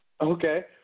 Okay